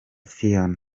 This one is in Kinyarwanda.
phionah